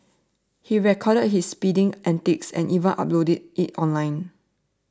he recorded his speeding antics and even uploaded it online